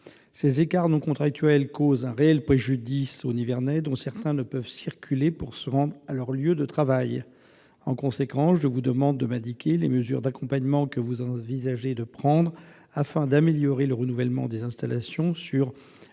Ces écarts, non contractuels, causent un réel préjudice aux Nivernais dont certains ne peuvent circuler pour se rendre à leur lieu de travail. En conséquence, je vous demande de m'indiquer les mesures d'accompagnement que vous envisagez de prendre afin d'améliorer le renouvellement des installations de